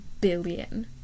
billion